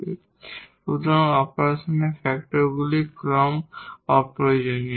তাহলে সুতরাং অপারেশনাল ফ্যাক্টরগুলির অর্ডার অপ্রয়োজনীয়